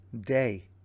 day